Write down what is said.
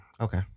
okay